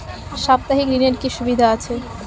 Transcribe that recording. সাপ্তাহিক ঋণের কি সুবিধা আছে?